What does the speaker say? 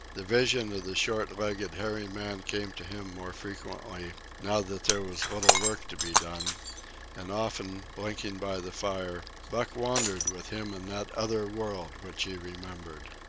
the vision of the short-legged hairy man came to him more frequently, now that there was little work to be done and often, blinking by the fire, buck wandered with him in that other world which he remembered.